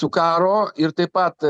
su karo ir taip pat